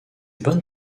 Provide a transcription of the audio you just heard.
bonnes